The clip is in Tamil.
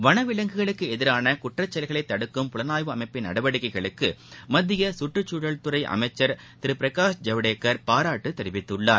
வனவிலங்குகளுக்கு எதிரான குற்றச் செயல்களைத் தடுக்கும் புலனாய்வு அமைப்பின் நடவடிக்கைகளுக்கு மத்திய சுற்றுச்சுழல் அமைச்சர் குறை திரு பிரகாஷ் ஜவடேகர் பாராட்டு தெரிவித்துள்ளார்